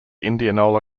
indianola